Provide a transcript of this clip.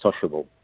sociable